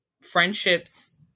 friendships